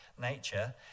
Nature